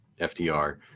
FDR